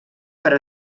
per